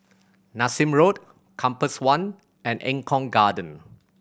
Nassim Road Compass One and Eng Kong Garden